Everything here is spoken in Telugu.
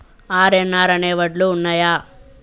ఆర్.ఎన్.ఆర్ అనే వడ్లు ఉన్నయా?